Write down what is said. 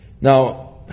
Now